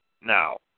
now